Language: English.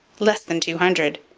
less than two hundred,